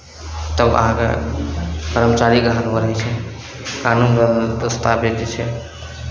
तब अहाँके कर्मचारीके हाथमे रहै छै कानून दस्तावेज जे छै